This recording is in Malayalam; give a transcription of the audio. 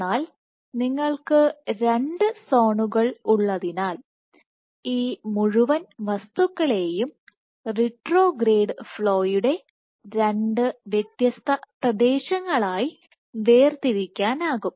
എന്നാൽ നിങ്ങൾക്ക് രണ്ട് സോണുകളുള്ളതിനാൽ ഈ മുഴുവൻ വസ്തുക്കളെയും റിട്രോഗ്രേഡ് ഫ്ലോയുടെ രണ്ട് വ്യത്യസ്ത പ്രദേശങ്ങളായി വേർതിരിക്കാനാകും